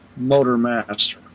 Motormaster